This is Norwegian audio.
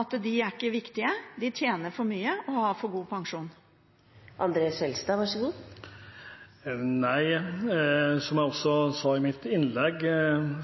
at de ikke er viktige, at de tjener for mye og har for god pensjon. Nei, som jeg sa i mitt innlegg,